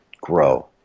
grow